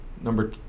number